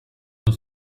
nos